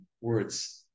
words